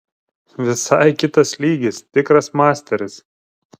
visai kitas lygis tikras masteris